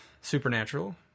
Supernatural